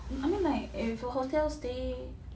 I mean like if for hotel stay